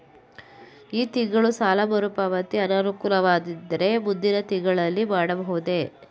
ಈ ತಿಂಗಳು ಸಾಲ ಮರುಪಾವತಿ ಅನಾನುಕೂಲವಾಗಿದ್ದರೆ ಮುಂದಿನ ತಿಂಗಳಲ್ಲಿ ಮಾಡಬಹುದೇ?